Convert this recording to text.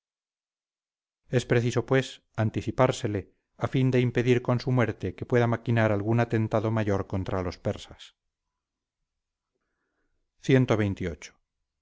es preciso pues anticipársele a fin de impedir con su muerte que pueda maquinar algún atentado mayor contra los persas